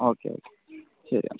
okay okay ശരി എന്നാൽ